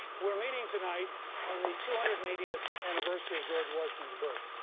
we're meeting tonight on the two hundred and eightieth anniversary of george washington's birth.